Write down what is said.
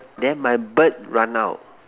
then my bird run out